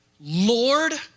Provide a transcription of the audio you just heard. Lord